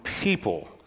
people